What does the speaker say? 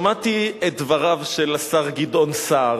שמעתי את דבריו של השר גדעון סער.